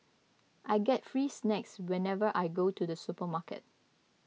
I get free snacks whenever I go to the supermarket